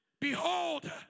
Behold